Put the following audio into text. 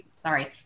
sorry